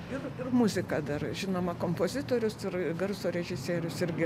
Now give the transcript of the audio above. ir muzika dar žinoma kompozitorius ir garso režisierius irgi